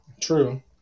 True